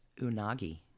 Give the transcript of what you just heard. Unagi